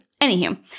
Anywho